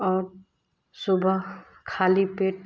और सुबह खाली पेट